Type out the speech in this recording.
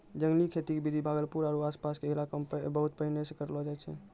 जंगली खेती के विधि भागलपुर आरो आस पास के इलाका मॅ बहुत पहिने सॅ करलो जाय छै